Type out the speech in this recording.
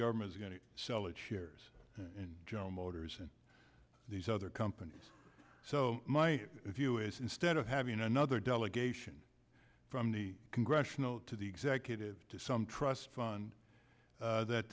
government is going to sell its shares in general motors and these other companies so my view is instead of having another delegation from the congressional to the executive to some trust fund that th